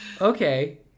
Okay